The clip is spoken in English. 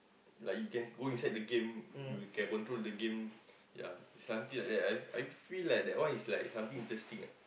like you can go inside the game you can control the game ya something like that lah I I feel like that one is like something interesting ah